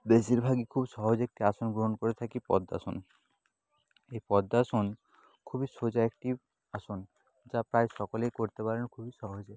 বেশিরভাগই খুব সহজ একটি আসন গ্রহণ করে থাকি পদ্মাসন এই পদ্মাসন খুবই সোজা একটি আসন যা প্রায় সকলেই করতে পারেন খুবই সহজে